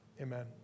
Amen